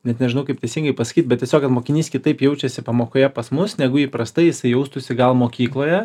net nežinau kaip teisingai pasakyt bet tiesiog gal mokinys kitaip jaučiasi pamokoje pas mus negu įprastai jisai jaustųsi gal mokykloje